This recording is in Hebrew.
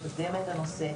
לקדם את הנושא,